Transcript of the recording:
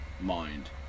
mind